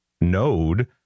node